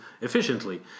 efficiently